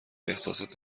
احساسات